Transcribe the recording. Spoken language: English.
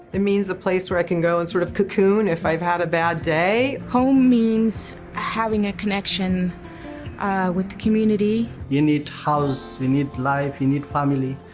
it means the place where i can go and sort of cocoon if i've had a bad day. home means having a connection with the community. you need house, you need life, you need family.